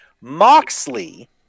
Moxley